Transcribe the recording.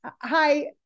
Hi